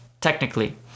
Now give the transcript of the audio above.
technically